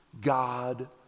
god